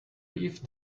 leaf